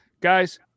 Guys